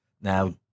now